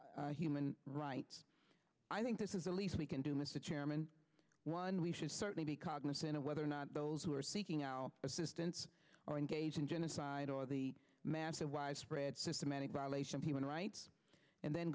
human rights i think this is the least we can do mr chairman one we should certainly be cognisant of whether or not those who are seeking our assistance or engage in genocide or the massive widespread systematic violation of human rights and then